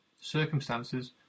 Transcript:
Circumstances